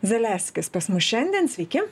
zaleskis pas mus šiandien sveiki